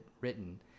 written